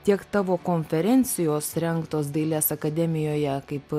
tiek tavo konferencijos rengtos dailės akademijoje kaip